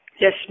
Yes